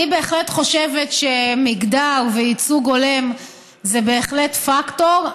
אני בהחלט חושבת שמגדר וייצוג הולם זה בהחלט פקטור,